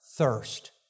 thirst